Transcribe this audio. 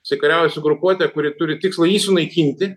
jisai kariauja su grupuote kuri turi tikslą jį sunaikinti